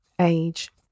age